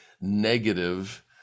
negative